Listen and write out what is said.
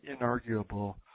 inarguable